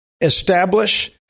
establish